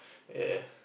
yea